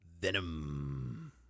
Venom